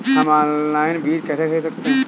हम ऑनलाइन बीज कैसे खरीद सकते हैं?